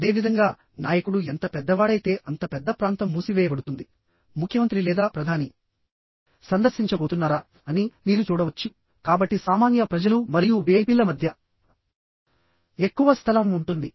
అదేవిధంగానాయకుడు ఎంత పెద్దవాడైతే అంత పెద్ద ప్రాంతం మూసివేయబడుతుంది ముఖ్యమంత్రి లేదా ప్రధాని సందర్శించబోతున్నారా అని మీరు చూడవచ్చు కాబట్టి సామాన్య ప్రజలు మరియు విఐపిల మధ్య ఎక్కువ స్థలం ఉంటుంది